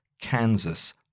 Kansas